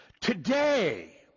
Today